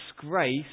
disgrace